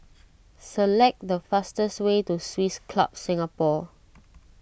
select the fastest way to Swiss Club Singapore